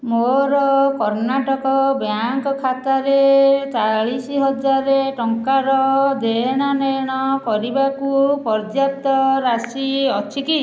ମୋର କର୍ଣ୍ଣାଟକ ବ୍ୟାଙ୍କ୍ ଖାତାରେ ଚାଳିଶ ହଜାର ଟଙ୍କାର ଦେୟ ନେଣ କରିବାକୁ ପର୍ଯ୍ୟାପ୍ତ ରାଶି ଅଛି କି